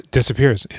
disappears